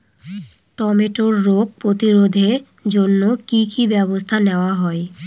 টমেটোর রোগ প্রতিরোধে জন্য কি কী ব্যবস্থা নেওয়া হয়?